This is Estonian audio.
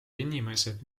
inimesed